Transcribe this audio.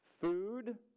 food